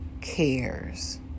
cares